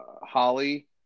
Holly